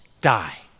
die